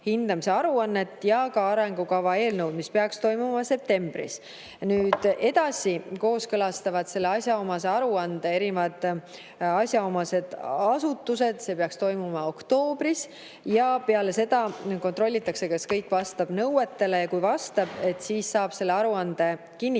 hindamise aruannet ja ka arengukava eelnõu. See peaks toimuma septembris. Edasi kooskõlastavad selle aruande erinevad asjaomased asutused, see peaks toimuma oktoobris, ja peale seda kontrollitakse, kas kõik vastab nõuetele. Kui vastab, siis saab selle aruande kinnitada